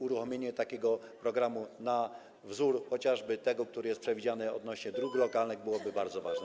Uruchomienie takiego programu na wzór chociażby tego, który jest przewidziany odnośnie do dróg lokalnych, byłoby bardzo ważne.